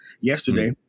yesterday